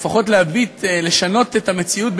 לפחות לשנות את המציאות,